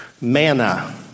Manna